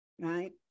Right